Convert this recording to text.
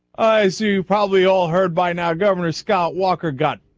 isu probably all heard by now governor scott walker dot